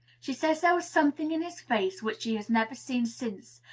she says there was something in his face which she has never seen since,